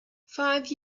five